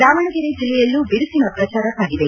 ದಾವಣಗೆರೆ ಜಿಲ್ಲೆಯಲ್ಲೂ ಬಿರುಸಿನ ಪ್ರಜಾರ ಸಾಗಿದೆ